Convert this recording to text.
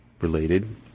related